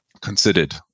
considered